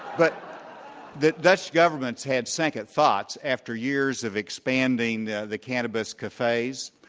but the dutch governments had second thoughts after years of expanding the the cannabis cafes.